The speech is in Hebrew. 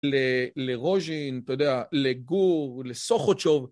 לרוז'ין, אתה יודע, לגור, לסוכטשוב.